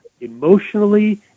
emotionally